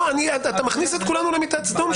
אתה מכניס את כולנו למיטת סדום.